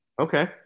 Okay